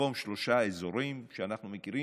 במקום שלושה אזורים שאנחנו מכירים,